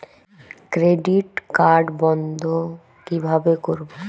Credit card বন্ধ কিভাবে করবো?